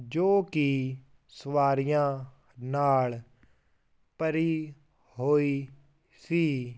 ਜੋ ਕਿ ਸਵਾਰੀਆਂ ਨਾਲ ਭਰੀ ਹੋਈ ਸੀ